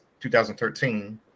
2013